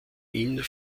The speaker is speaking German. ihn